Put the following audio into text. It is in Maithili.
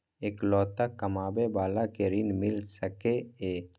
इकलोता कमाबे बाला के ऋण मिल सके ये?